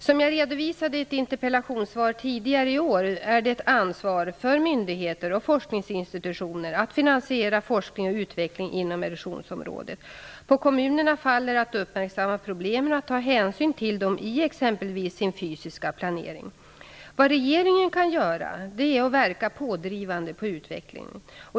Som jag redovisade i ett interpellationssvar tidigare i år, är det ett ansvar för myndigheter och forskningsinstitutioner att finansiera forskning och utveckling inom erosionsområdet. På kommunerna faller att uppmärksamma problemen och att ta hänsyn till dem i exempelvis sin fysiska planering. Vad regeringen kan göra är att verka pådrivande på utvecklingen.